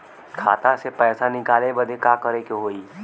खाता से पैसा निकाले बदे का करे के होई?